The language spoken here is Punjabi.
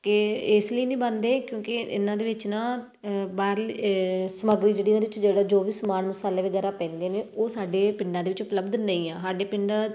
ਕਿ ਇਸ ਲਈ ਨਹੀਂ ਬਣਦੇ ਕਿਉਂਕਿ ਇ ਇਹਨਾਂ ਦੇ ਵਿੱਚ ਨਾ ਬਾਹਰਲੀ ਸਮੱਗਰੀ ਜਿਹੜੀ ਇਹਦੇ ਵਿੱਚ ਜਿਹੜਾ ਜੋ ਵੀ ਸਮਾਨ ਮਸਾਲੇ ਵਗੈਰਾ ਪੈਂਦੇ ਨੇ ਉਹ ਸਾਡੇ ਪਿੰਡਾਂ ਦੇ ਵਿੱਚ ਉਪਲਬਧ ਨਹੀਂ ਆ ਸਾਡੇ ਪਿੰਡ